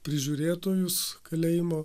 prižiūrėtojus kalėjimo